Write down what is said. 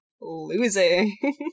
losing